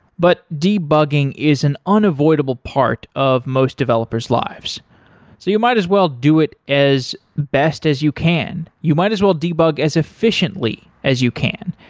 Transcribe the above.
but debugging is an unavoidable part of most developers' lives. so you might as well do it as best as you can. you might as well debug as efficiently as you can.